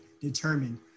determined